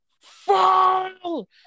fall